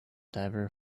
diver